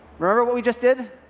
remember what we just did?